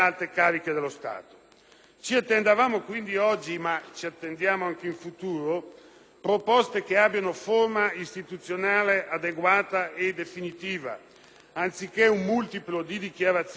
Ci attendevamo quindi oggi, ma le attendiamo ancora per il futuro, proposte che abbiano forma istituzionale adeguata e definitiva, anziché il moltiplicarsi di dichiarazioni e di interviste